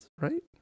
right